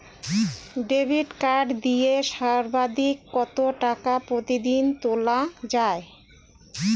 Debit card দিয়ে সর্বাধিক কত টাকা প্রতিদিন তোলা য়ায়?